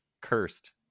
cursed